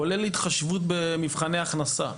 כולל התחשבות במבחני הכנסה.